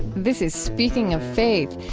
this is speaking of faith.